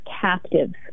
captives